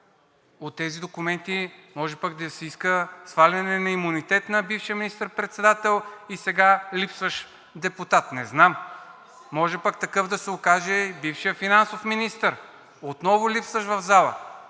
от тези документи може да се иска сваляне на имунитет на бившия министър-председател и сега липсващ депутат, не знам. Може пък такъв да се окаже бившият финансов министър – отново липсващ в залата,